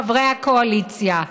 חברי הקואליציה,